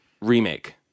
remake